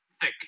thick